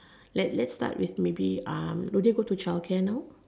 let let's start with maybe uh do they go to child care now